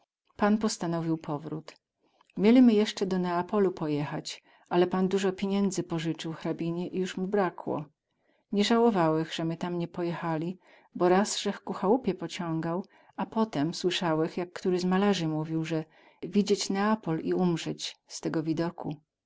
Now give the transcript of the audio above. pan postanowił powrót mielimy jesce do neapolu pojechać ale pan duzo piniędzy pozycył hrabinie i juz mu brakło nie załowałech ze my tam nie pojechali bo raz zech ku chałupie pociągał a potem słysałech jak ktoryś z malarzy mówił ze widzieć neapol i umrzeć z tego widoku